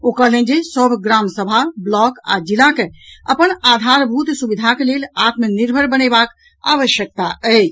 ओ कहलनि जे सभ ग्राम सभा ब्लॉक आ जिला के अपन आधारभूत सुविधाक लेल आत्मनिर्भर बनेबाक आवश्यकता अछि